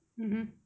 mmhmm